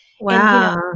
Wow